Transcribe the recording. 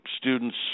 students